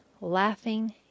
Laughing